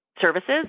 services